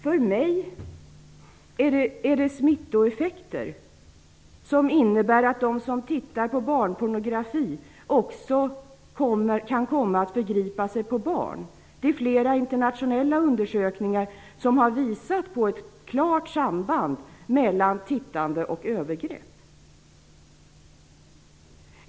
För mig är det smittoeffekter som innebär att de som tittar på barnpornografi också kan komma att förgripa sig på barn. Det är flera internationella undersökningar som har visat på ett klart samband mellan tittande och övergrepp.